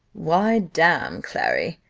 why, damme, clary!